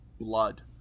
Blood